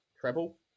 treble